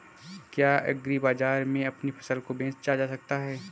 क्या एग्रीबाजार में अपनी फसल को बेचा जा सकता है?